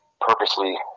purposely